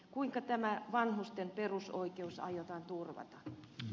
kuinka tämä vanhusten perusoikeus aiotaan turvata